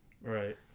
Right